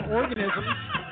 organisms